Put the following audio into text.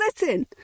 listen